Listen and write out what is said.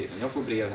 nobody